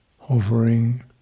hovering